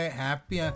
happy